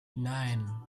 nine